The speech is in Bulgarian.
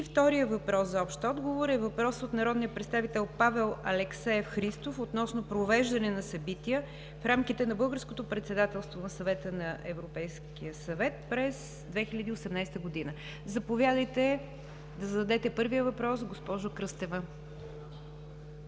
Вторият въпрос за общ отговор е въпрос от народния представител Павел Алексеев Христов относно провеждане на събития в рамките на българското председателство на Съвета на Европейския съюз през 2018 г. Заповядайте, за да зададете първия въпрос, госпожо Кръстева.